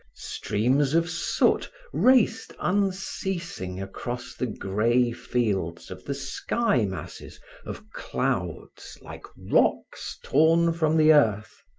streams of soot raced unceasing across the grey fields of the sky-masses of clouds like rocks torn from the earth.